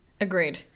Agreed